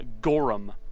Gorum